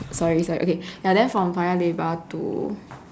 sorry sorry okay ya then from Paya-Lebar to